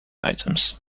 items